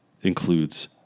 includes